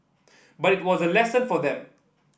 but it was a lesson for them